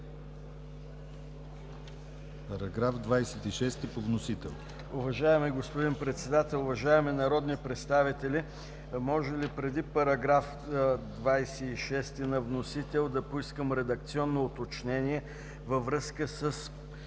Параграф 61 по вносител.